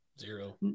Zero